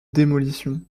démolition